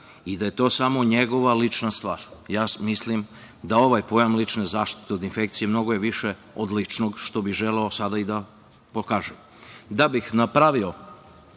i da je to samo njegova lična stvar. Ja mislim da ovaj pojam lične zaštite od infekcije mnogo je više od ličnog, što bih želeo sada i da pokažem. Da bih to